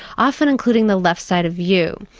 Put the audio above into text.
often including the left side of you.